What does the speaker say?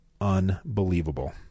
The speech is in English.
unbelievable